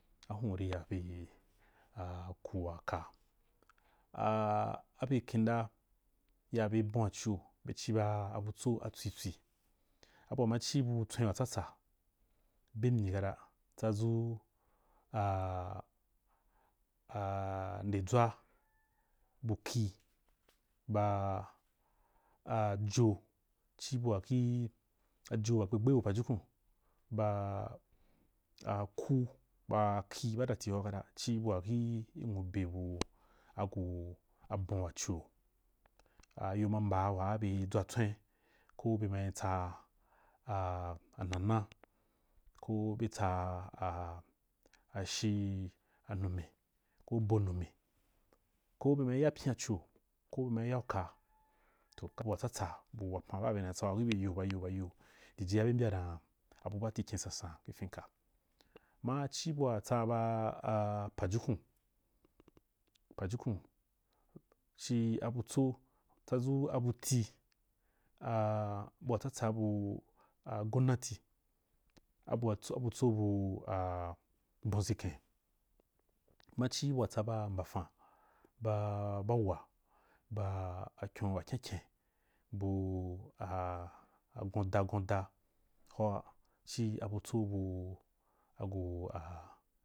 Atun u ri bye aku wa uka a abe kinda ya bye abon-acia be ciba a butso tswi tswi abu wama ci bu tswen wa tsa tsa be myi kata tsadʒu ndedʒwa bu kih ba a jo ci bua ki ajo wa gbe gbe bu pajukun ba a aku ba kih badali ci bua ki nwo be bu agu abon wa cio ayo ma mboa waa be dʒwa tswen koh bema a tsa a nama, koh betsa ashī numi, koh bou numi koh bema ya pyīn a cio koh bema ya uka, toh a bu watsatsa bu wapan baa bena tsa ki byeu ayo ba yo jiyia be mbya dan abu baati kyen sansan ki fin ka, ma ci bua tsa ba a pajukun pajukun ci abutso tsadʒu abu tii a abu wa tsatsa bu a gonnati a butso bu a abon ʒiken maci a bu wa tsaba mbafan a ba wuwa ba akyon wa kyen kyen bu a gon da, gonda hoa ci abutso bu agu a.